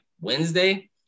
Wednesday